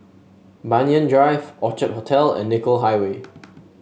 Banyan Drive Orchid Hotel and Nicoll Highway